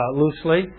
loosely